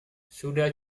sudah